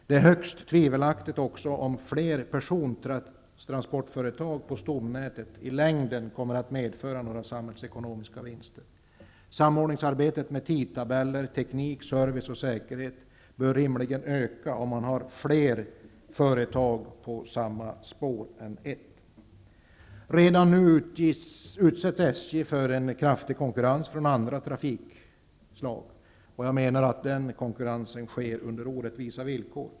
Det är högst tvivelaktigt om fler persontransportföretag på stomnätet i längden kommer att medföra några samhällsekonomiska vinster. Samordningsarbete med tidtabeller, teknik, service och säkerhet bör rimligen öka med fler företag än ett. Redan nu utsätts SJ för en kraftig konkurrens från andra trafikslag. Jag menar att den konkurrensen sker på orättvisa villkor.